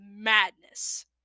madness